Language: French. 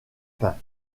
pain